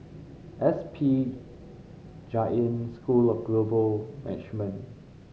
S P Jain School of Global Management